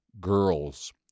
girls